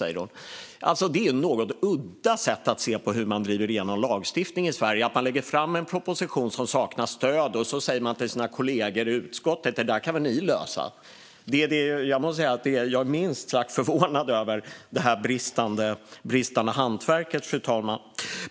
Det är ett något udda sätt att se på hur man driver igenom lagstiftning i Sverige, det vill säga man lägger fram en proposition som saknar stöd och säger till sina kollegor i utskottet att de kan lösa detta. Jag är minst sagt förvånad över det bristande hantverket.